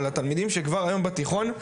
אבל התלמידים שכבר היום בתיכון,